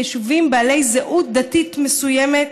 ביישובים בעלי זהות דתית מסוימת?